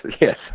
yes